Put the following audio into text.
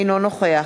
אינו נוכח